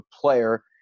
player